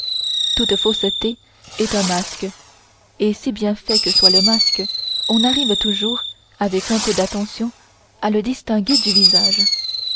fausseté est un masque et si bien fait que soit le masque on arrive toujours avec un peu d'attention à le distinguer du visage